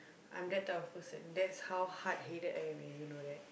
I'm that type of person that's how hard headed I am and you know that